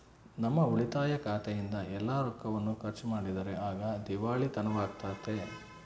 ನಮ್ಮ ಉಳಿತಾಯ ಖಾತೆಯಿಂದ ಎಲ್ಲ ರೊಕ್ಕವನ್ನು ಖರ್ಚು ಮಾಡಿದರೆ ಆಗ ದಿವಾಳಿತನವಾಗ್ತತೆ